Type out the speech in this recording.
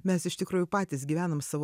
mes iš tikrųjų patys gyvenam savo